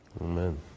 amen